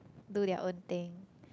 do their own thing